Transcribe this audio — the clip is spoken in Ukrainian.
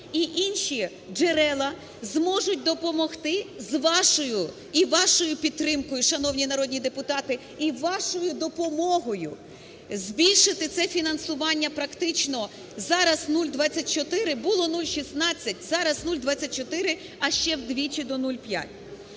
і інші джерела зможуть допомогти з вашою і вашою підтримкою, шановні народні депутати, і вашою допомогою збільшити це фінансування практично… зараз 0,24, було 0,16 – зараз 0,24, а ще вдвічі – до 0,5.